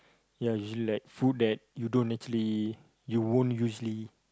ya usually food that you don't actually you won't actually